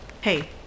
Hey